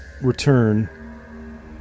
return